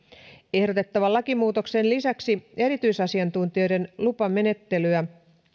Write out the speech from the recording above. ehdotettavan lakimuutoksen lisäksi erityisasiantuntijoiden lupamenettelyä